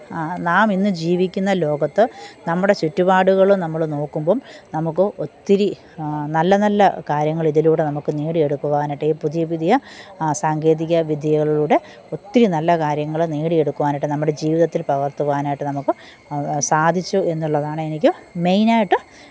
നാം ഇന്ന് ജീവിക്കുന്ന ലോകത്ത് നമ്മുടെ ചുറ്റ്പാടുകൾ നമ്മൾ നോക്കുമ്പം നമുക്ക് ഒത്തിരി നല്ല നല്ല കാര്യങ്ങൾ ഇതിലൂടെ നമുക്ക് നേടി എടുക്കുവാനായിട്ട് ഈ പുതിയ പുതിയ സാങ്കേതികവിദ്യകളിലൂടെ ഒത്തിരി നല്ല കാര്യങ്ങൾ നേടിയെടുക്കുവാനായിട്ട് നമ്മുടെ ജീവിതത്തില് പകർത്തുവാനായിട്ട് നമുക്ക് സാധിച്ചു എന്നുള്ളതാണെനിക്ക് മെയിൻ ആയിട്ട്